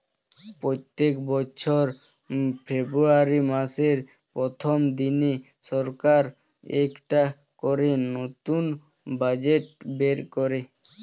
প্রত্যেক বছর ফেব্রুয়ারি মাসের প্রথম দিনে সরকার একটা করে নতুন বাজেট বের করে